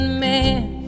man